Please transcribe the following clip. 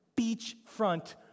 beachfront